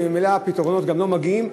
וממילא הפתרונות גם לא מגיעים.